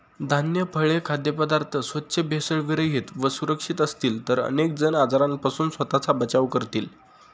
धान्य, फळे, खाद्यपदार्थ स्वच्छ, भेसळविरहित व सुरक्षित असतील तर अनेक जण आजारांपासून स्वतःचा बचाव करतील